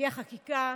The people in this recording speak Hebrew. מגיעה חקיקה,